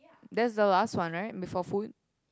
that's a last one right before food